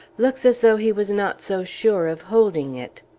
looks as though he was not so sure of holding it.